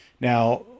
Now